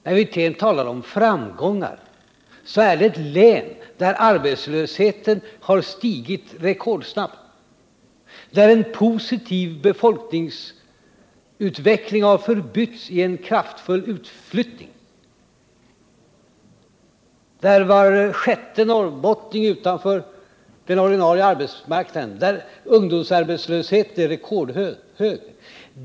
När statsrådet Wirtén talar om framgångar gäller det ett län där arbetslösheten har stigit rekordsnabbt, där en positiv befolkningsutveckling har förbytts i en kraftig utflyttning, där var sjätte norrbottning är utanför den ordinarie arbetsmarknaden och där ungdomsarbetslösheten är rekordhög.